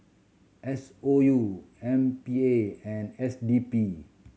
S O U M P A and S D P